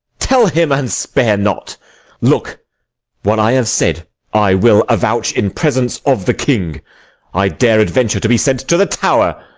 tell him, and spare not look what i have said i will avouch in presence of the king i dare adventure to be sent to the tower.